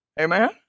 Amen